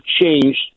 changed